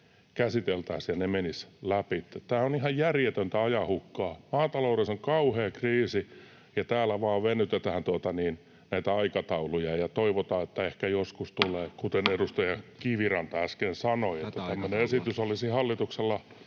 käsiteltäisiin ja ne menisivät läpi. Tämä on ihan järjetöntä ajanhukkaa. Maataloudessa on kauhea kriisi, ja täällä vain venytetään näitä aikatauluja ja toivotaan, että ehkä tämä joskus tulee — edustaja Kiviranta äsken sanoi, että tämmöinen esitys olisi hallituksessa